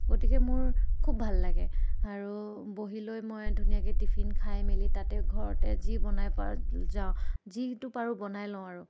গতিকে মোৰ খুব ভাল লাগে আৰু বহি লৈ মই ধুনীয়াকে টিফিন খাই মেলি তাতে ঘৰতে যি বনাই পাৰোঁ যাওঁ যিটো পাৰোঁ বনাই লওঁ আৰু